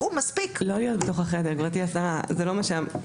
תהיה איזושהי החלטה עקרונית של המדינה,